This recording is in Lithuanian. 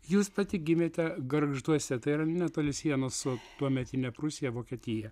jūs pati gimėte gargžduose tai yra netoli sienos su tuometine prūsija vokietija